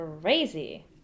crazy